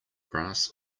brass